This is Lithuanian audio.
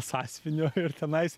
sąsiuvinio ir tenais